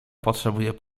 potrzebuje